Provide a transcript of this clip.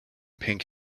pink